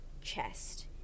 chest